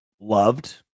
loved